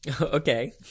Okay